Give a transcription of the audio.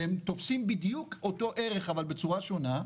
והם תופסים את אותו ערך אבל בצורה שונה,